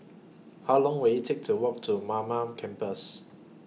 How Long Will IT Take to Walk to Mamam Campus